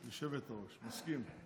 היושבת-ראש, מסכים.